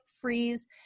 freeze